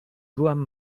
byłam